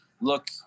look –